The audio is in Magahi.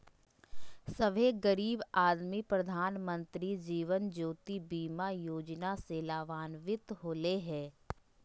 सभे गरीब आदमी प्रधानमंत्री जीवन ज्योति बीमा योजना से लाभान्वित होले हें